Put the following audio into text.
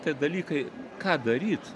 tie dalykai ką daryt